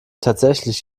tatsächlich